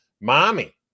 mommy